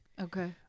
Okay